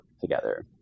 together